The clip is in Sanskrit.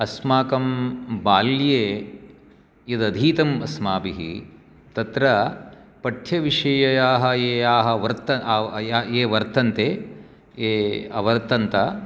अस्माकं बाल्ये यदधीतम् अस्माभिः तत्र पठ्यविषयाः ये याः वर्तन् आ ये वर्तन्ते ये आवर्तन्त